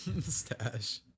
stash